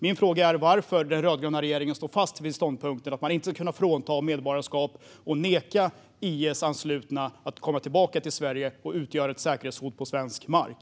Min fråga är varför den rödgröna regeringen står fast vid ståndpunkten att man inte ska kunna frånta människor medborgarskap och neka IS-anslutna att komma tillbaka till Sverige och utgöra ett säkerhetshot på svensk mark.